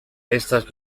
estas